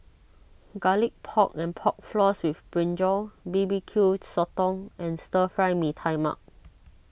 Garlic Pork and Pork Floss with Brinjal B B Q Sotong and Stir Fry Mee Tai Mak